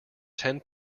ten